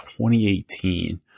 2018